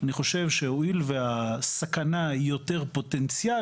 אני חושב שהואיל והסכנה היא יותר פוטנציאלית,